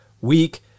week